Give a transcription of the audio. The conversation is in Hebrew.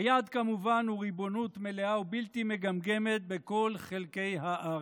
היעד כמובן הוא ריבונות מלאה ובלתי מגמגמת בכל חלקי הארץ.